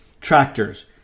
Tractors